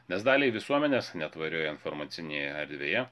nes daliai visuomenės netvarioje informacinėje erdvėje